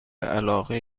علاقه